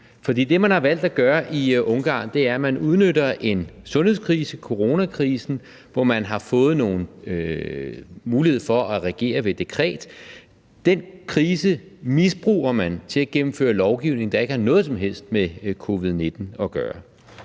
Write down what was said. For det, man har valgt at gøre i Ungarn, er, at man udnytter en sundhedskrise – coronakrisen – hvor man har fået nogle muligheder for at regere ved dekret. Den krise misbruger man til at gennemføre lovgivning, der ikke har noget som helst med covid-19 at gøre.